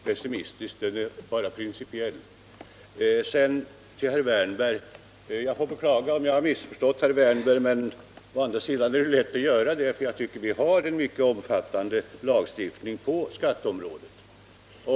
Herr talman! Jag vill bara säga till herr Hörberg att vår inställning inte är pessimistisk utan bara principiell. Till herr Wärnberg vill jag säga att jag beklagar om jag har missförstått honom. Det är emellertid lätt att göra detta, eftersom vi enligt min mening har en mycket omfattande lagstiftning på skatteområdet.